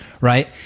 right